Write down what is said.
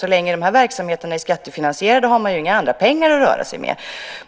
Så länge de här verksamheterna är skattefinansierade har man inga andra pengar att röra sig med.